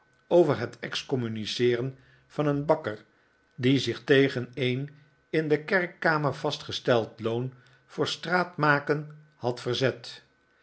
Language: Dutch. over het excommuniceeren van een bakker die zich tegen een in de kerkekamer vastgesteld loon voor straatmaken had verzet